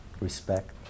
respect